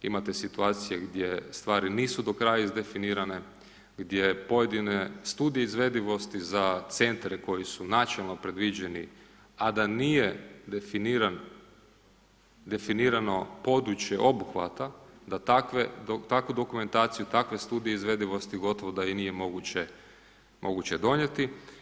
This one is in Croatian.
Imate situacije gdje stvari nisu do kraja izdefinirane, gdje pojedine studije izvedivosti za centre koji su načelno predviđeni a da nije definirano područje obuhvata da takvu dokumentaciju, takve studije izvedivosti gotovo da i nije moguće donijeti.